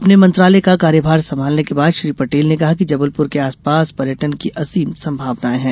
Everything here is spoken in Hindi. अपने मंत्रालय का कार्यभार संभालने के बाद श्री पटेल ने कहा कि जबलपुर के आसपास पर्यटन की असीम संभावनाएं है